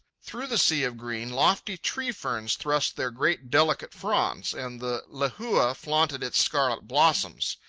through the sea of green, lofty tree-ferns thrust their great delicate fronds, and the lehua flaunted its scarlet blossoms.